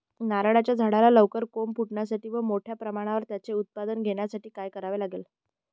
नारळाच्या झाडाला लवकर कोंब फुटण्यासाठी व मोठ्या प्रमाणावर त्याचे उत्पादन घेण्यासाठी काय करावे लागेल?